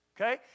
Okay